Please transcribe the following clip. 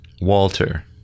Walter